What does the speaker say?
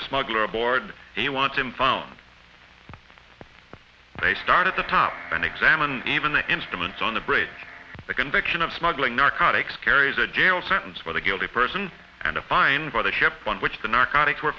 a smuggler aboard he wants him found they start at the top and examine even the instruments on the bridge the conviction of smuggling narcotics carries a jail sentence for the guilty person and a fine by the ship on which the narcotics were